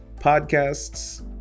Podcasts